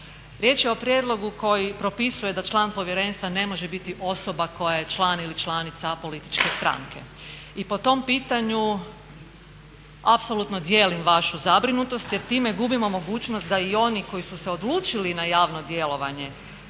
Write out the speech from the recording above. Riječ je o prijedlogu koji propisuje da član Povjerenstva ne može biti osoba koja je član ili članica političke stranke i po tom pitanju apsolutno dijelim vašu zabrinutost jer time gubimo mogućnost da i oni koji su se odlučili na javno djelovanje